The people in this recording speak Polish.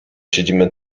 siedzimy